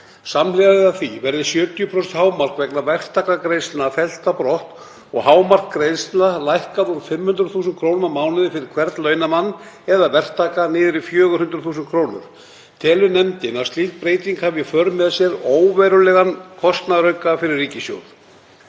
Samhliða því verði 70% hámark vegna verktakagreiðslna fellt brott og hámark greiðslna lækkað úr 500.000 kr. á mánuði fyrir hvern launamann eða verktaka niður í 400.000 kr. Telur nefndin að slík breyting hafi í för með sér óverulegan kostnaðarauka fyrir ríkissjóð.